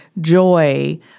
joy